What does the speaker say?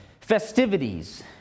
festivities